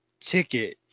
ticket